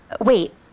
Wait